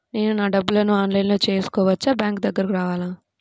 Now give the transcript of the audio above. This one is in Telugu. నేను నా డబ్బులను ఆన్లైన్లో చేసుకోవచ్చా? బ్యాంక్ దగ్గరకు రావాలా?